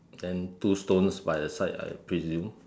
then two stones by the side I presume